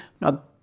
now